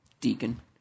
Deacon